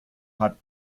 hat